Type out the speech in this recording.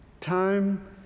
time